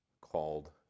called